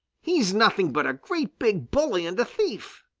he's nothing but a great big bully and thief!